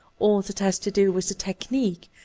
all that has to do with the technique,